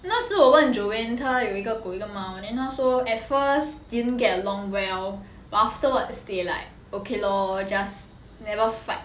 那时我问 joanne 他有一个狗一个 then 他说 at first didn't get along well but afterwards they like okay lor just never fight